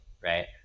right